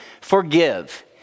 forgive